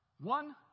One